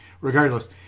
Regardless